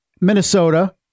Minnesota